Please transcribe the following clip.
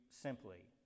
Simply